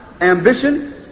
ambition